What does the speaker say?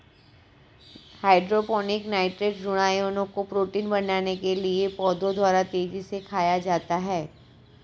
hydroponic nitrate ऋणायनों को protein बनाने के लिए पौधों द्वारा तेजी से खाया जाता है